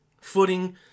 footing